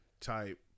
type